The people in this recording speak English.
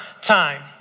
time